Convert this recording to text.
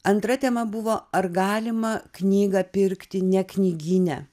antra tema buvo ar galima knygą pirkti ne knygyne